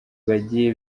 bagiye